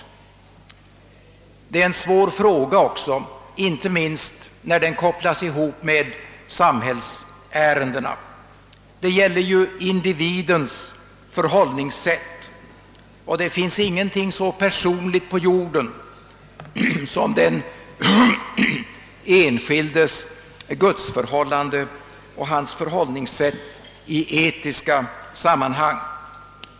Det är en svår fråga också, inte minst när den kopplas ihop med samhällsärendena. Det gäller ju individens förhållningssätt, och det finns ingenting så personligt på jorden som den enskildes gudsförhållande och den enskildes förhållningssätt i etiska sammanhang.